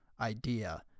idea